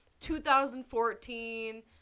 2014